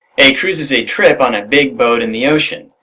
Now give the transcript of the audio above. a cruise is a trip on a big boat in the ocean.